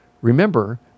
Remember